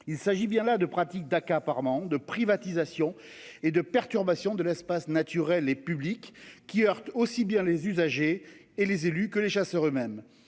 Il s'agit bien là de pratiques d'accaparement de privatisation et de perturbations de l'espace naturel et publique qui heurte aussi bien les usagers et les élus que les chasseurs eux-mêmes